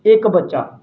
ਇੱਕ ਬੱਚਾ